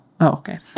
okay